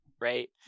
right